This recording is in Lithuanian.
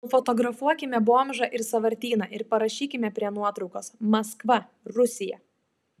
nufotografuokime bomžą ir sąvartyną ir parašykime prie nuotraukos maskva rusija